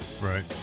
Right